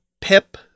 pip